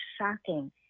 shocking